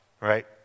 right